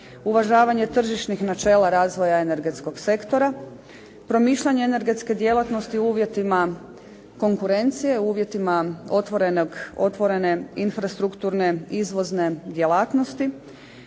uvažavanje tržišnih načela razvoja energetskog sektora, promišljanje energetske djelatnosti u uvjetima konkurencije, u uvjetima otvorene infrastrukturne izvozne djelatnosti,